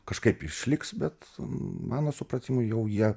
kažkaip išliks bet mano supratimu jau jie